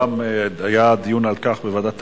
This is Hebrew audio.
נדמה לי שהיה דיון על כך בוועדת הכספים,